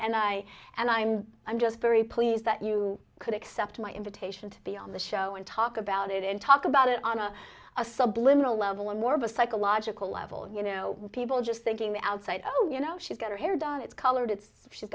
and i and i'm i'm just very pleased that you could accept my invitation to be on the show and talk about it and talk about it on a a subliminal level in more of a psychological level and you know people just thinking the outside of you know she's got her hair done it's colored it's she's